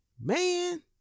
man